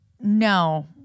no